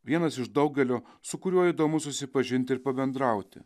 vienas iš daugelio su kuriuo įdomu susipažinti ir pabendrauti